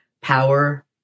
Power